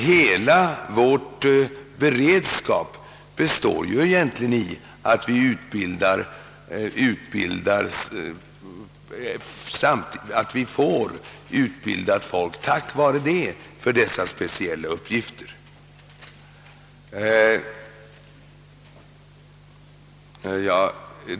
Hela vår beredskap gör att vi tack vare denna får utbildad personal för speciella uppgifter.